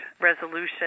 resolution